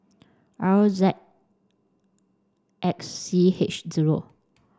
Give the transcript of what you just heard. R Z X C H zero